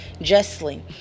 justly